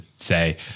say